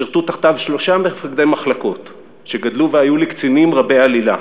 שירתו תחתיו שלושה מפקדי מחלקות שגדלו והיו לקצינים רבי עלילה: